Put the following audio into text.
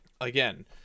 Again